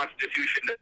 Constitution